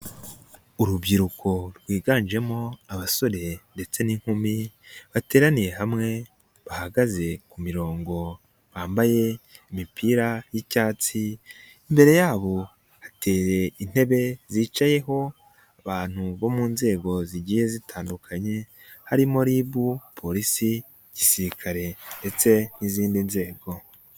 Urubyiruko rwiganjemo abasore ndetse n'inkumi, bateraniye hamwe bahagaze kurongo, bambaye imipira y'icyatsi, imbere yabo hateye intebe zicayeho ban bo mu nzego zigiye zitandukanye, harimo RIB, polisi, gisirikare, ndetse n'izindi nzego.